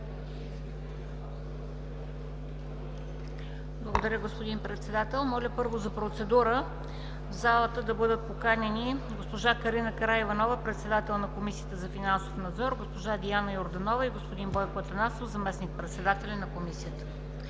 ДОКЛАДЧИК МЕНДА СТОЯНОВА: Моля, първо, за процедура – в залата да бъдат поканени госпожа Карина Караиванова, председател на Комисията за финансов надзор, госпожа Диана Йорданова и господин Бойко Атанасов, заместник-председатели на Комисията.